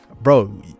bro